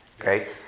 Okay